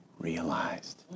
realized